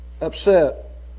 upset